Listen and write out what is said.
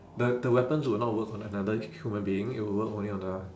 the the weapons will not work on another human being it will work only on the